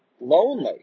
lonely